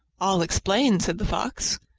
i'll explain, said the fox.